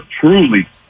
truly